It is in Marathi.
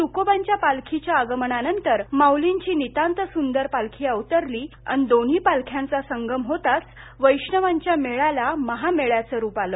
त्कोबांच्या पालखीनंतर माउलींची नितांतसूंदर पालखी अवतरली अन दोन्ही पालख्यांचा संगम होताच वैष्णवांच्या मेळय़ाला महामेळय़ाचे रूप आलं